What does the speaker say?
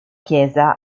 chiesa